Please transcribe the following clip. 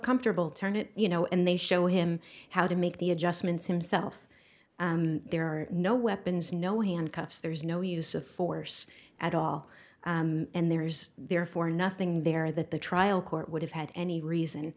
comfortable turn it you know and they show him how to make the adjustments himself there are no weapons no handcuffs there's no use of force at all and there's therefore nothing there that the trial court would have had any reason